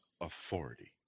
authority